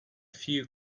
few